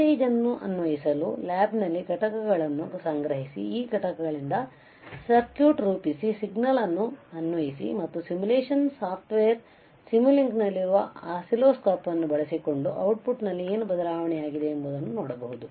voltage ಅನ್ನುಅನ್ವಯಿಸಲುಲ್ಯಾಬ್ನಲ್ಲಿ ಘಟಕಗಳನ್ನು ಸಂಗ್ರಹಿಸಿ ಈ ಘಟಕಗಳಿಂದ ಸರ್ಕ್ಯೂಟ್ ರೂಪಿಸಿ ಸಿಗ್ನಲ್ ಅನ್ನು ಅನ್ವಯಿಸಿ ಮತ್ತು ಸಿಮ್ಯುಲೇಶನ್ ಸಾಫ್ಟ್ವೇರ್ ಸಿಮ್ಯುಲಿಂಕ್ನಲ್ಲಿರುವ ಆಸಿಲ್ಲೋಸ್ಕೋಪ್ ಅನ್ನು ಬಳಸಿಕೊಂಡು ಔಟ್ಪುಟ್ನಲ್ಲಿ ಏನು ಬದಲಾವಣೆಯಾಗಿದೆ ಎಂಬುದನ್ನು ನೋಡಬಹುದು